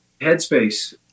headspace